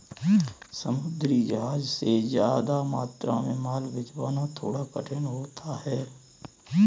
समुद्री जहाज से ज्यादा मात्रा में माल भिजवाना थोड़ा कठिन होता है